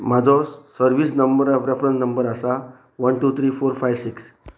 म्हाजो service number reference number आसा one two three four five six